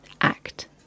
Act